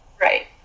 Right